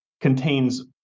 contains